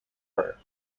her